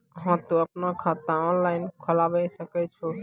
हाँ तोय आपनो खाता ऑनलाइन खोलावे सकै छौ?